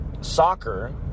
soccer